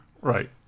Right